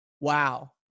Wow